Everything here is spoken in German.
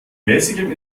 mäßigem